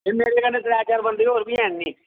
मैरे कन्नै त्रै चार बन्दे होर बी हैन नी